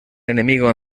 enemigo